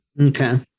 Okay